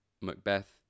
Macbeth